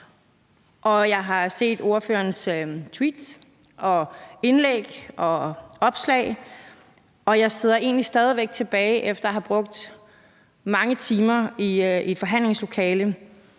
jeg har set ordførerens tweets og indlæg og opslag, og jeg sidder egentlig stadig væk tilbage efter at have brugt mange timer i forhandlingslokalet